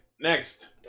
next